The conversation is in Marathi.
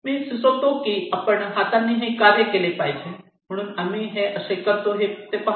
मी सुचवितो की आपण हातांनी हे कार्य केले पाहिजे आणि आम्ही हे असे कसे करतो ते पहा